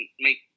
make